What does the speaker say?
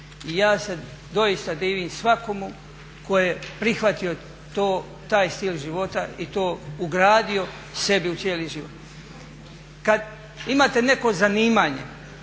I ja se doista divim svakomu tko je prihvatio taj stil života i to ugradio sebi u cijeli život. Kada imate neko zanimanje